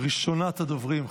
ראשונת הדוברים,